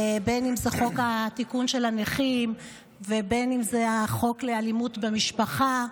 בין שזה התיקון של חוק הנכים ובין שזה החוק על אלימות במשפחה,